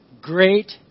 great